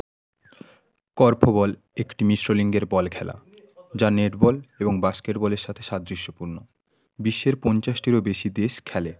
korfball একটি মিশ্রলিঙ্গের বল খেলা যা নেট বল এবং বাস্কেটবলের সাথে সাদৃশ্যপূণ্য বিশ্বের পঞ্চাশটিরও বেশি দেশ খেলে